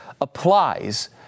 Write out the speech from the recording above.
applies